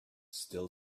still